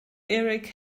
erik